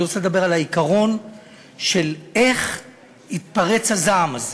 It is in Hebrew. אני רוצה לדבר על העיקרון של, איך התפרץ הזעם הזה.